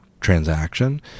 transaction